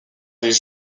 des